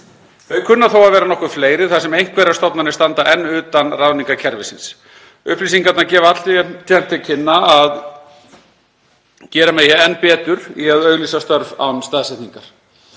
Þau kunna þó að vera nokkuð fleiri þar sem einhverjar stofnanir standa enn utan ráðningarkerfisins. Upplýsingarnar gefa altént til kynna að gera megi enn betur í að auglýsa störf án staðsetningar.